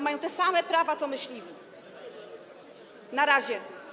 Mają te same prawa co myśliwi na razie.